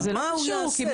מה הוא יעשה?